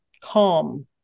calm